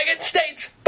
states